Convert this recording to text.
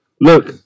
look